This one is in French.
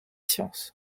sciences